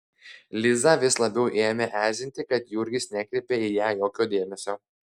lizą vis labiau ėmė erzinti kad jurgis nekreipia į ją jokio dėmesio